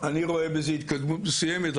אני רואה בזה התקדמות מסוימת,